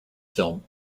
film